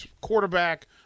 quarterback